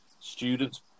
students